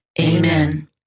Amen